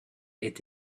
est